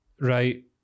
Right